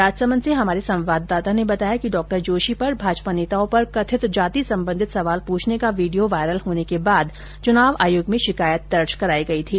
राजसमंद से हमारे संवाददाता ने बताया कि डॉक्टर जोशी पर भाजपा नेताओं पर कथित जाति संबंधित सवाल प्रछने का वीडियो वायरल होने के बाद चुनाव आयोग में शिकायत की गई थी